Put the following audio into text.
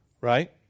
Right